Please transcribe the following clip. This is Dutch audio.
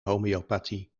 homeopathie